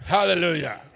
Hallelujah